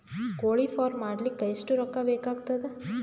ಕೋಳಿ ಫಾರ್ಮ್ ಮಾಡಲಿಕ್ಕ ಎಷ್ಟು ರೊಕ್ಕಾ ಬೇಕಾಗತದ?